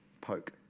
poke